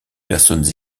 personnes